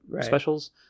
specials